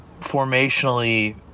formationally